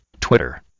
Twitter